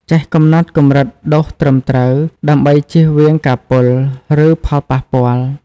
ចេះកំណត់កម្រិតដូសត្រឹមត្រូវ ដើម្បីចៀសវាងការពុល ឬផលប៉ះពាល់។